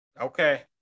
Okay